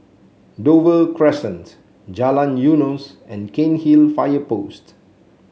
Dover Crescent Jalan Eunos and Cairnhill Fire Post